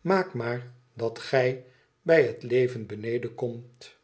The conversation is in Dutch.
maak maar dat gij bij het leven beneden komt